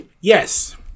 Yes